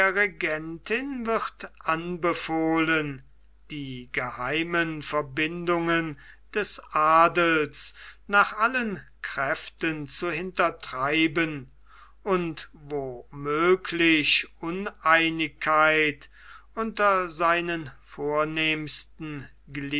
wird anbefohlen die geheimen verbindungen des adels nach allen kräften zu hintertreiben und wo möglich uneinigkeit unter seinen vornehmsten